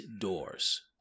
doors